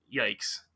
yikes